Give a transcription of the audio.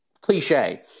cliche